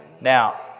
Now